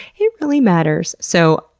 it really matters. so,